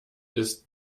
ist